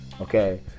okay